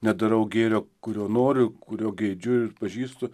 nedarau gėrio kurio noriu kurio geidžiu ir pažįstu